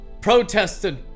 protested